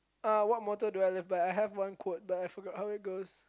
uh what motto do I live by I have one quote but I forgot how it goes